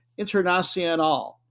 Internacional